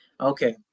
Okay